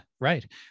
right